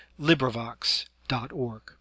LibriVox.org